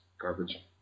garbage